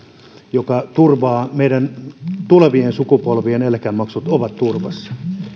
joka turvaa meidän tulevien sukupolviemme eläkemaksut on turvassa